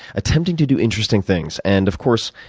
attempting to do interesting things. and of course,